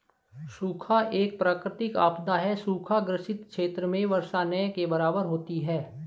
सूखा एक प्राकृतिक आपदा है सूखा ग्रसित क्षेत्र में वर्षा न के बराबर होती है